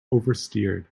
oversteered